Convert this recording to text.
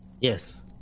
yes